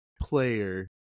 player